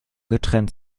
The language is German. getrennt